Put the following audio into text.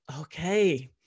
okay